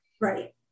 right